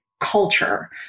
culture